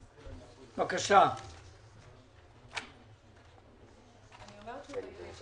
2021. בבקשה.